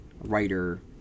writer